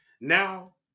now